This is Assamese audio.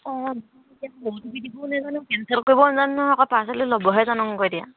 দিব নাজানো কেঞ্চেল কৰিব নাজানো নহয় আকৌ পাৰ্চেলটো ল'বহে